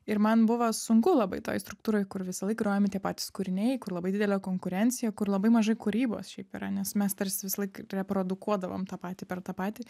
ir man buvo sunku labai toj struktūroj kur visąlaik grojami tie patys kūriniai kur labai didelė konkurencija kur labai mažai kūrybos šiaip yra nes mes tarsi visąlaik reprodukuodavom tą patį per tą patį